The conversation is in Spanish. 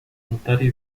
ontario